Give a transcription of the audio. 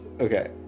Okay